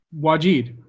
Wajid